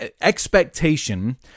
expectation